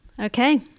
Okay